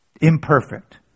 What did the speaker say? imperfect